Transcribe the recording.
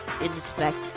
inspect